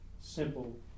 simple